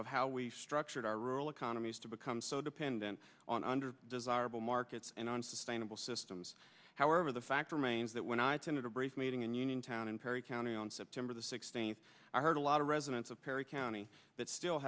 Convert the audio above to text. of how we structured our rural economies to become so dependent on under desirable markets and unsustainable systems however the fact remains that when i attended a brief meeting in union town in perry county on september the sixteenth i heard a lot of residents of perry county that still